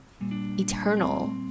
eternal